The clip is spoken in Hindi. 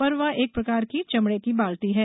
पर्वा एक प्रकार की चमड़े की बाल्टी है